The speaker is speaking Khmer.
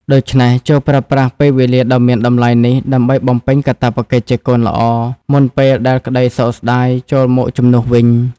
ដូច្នេះ ចូរប្រើប្រាស់ពេលវេលាដ៏មានតម្លៃនេះ ដើម្បីបំពេញកាតព្វកិច្ចជាកូនល្អ មុនពេលដែលក្តីសោកស្តាយចូលមកជំនួសវិញ។